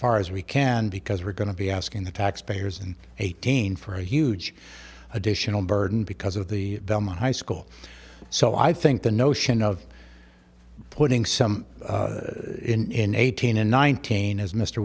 far as we can because we're going to be asking the taxpayers and eighteen for a huge additional burden because of the high school so i think the notion of putting some in eighteen and nineteen as mr